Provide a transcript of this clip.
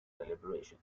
deliberation